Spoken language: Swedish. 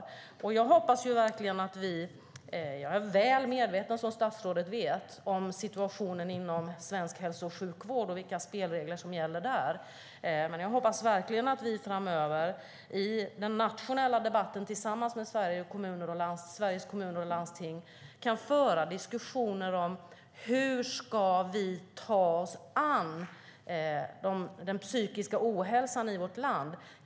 Som statsrådet vet är jag välmedveten om situationen inom svensk hälso och sjukvård och vilka spelregler som gäller där, men jag hoppas verkligen att vi framöver i den nationella debatten tillsammans med Sveriges Kommuner och Landsting kan föra diskussioner om hur vi ska ta oss an den psykiska ohälsan i vårt land.